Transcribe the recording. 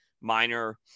minor